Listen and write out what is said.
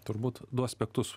turbūt du aspektus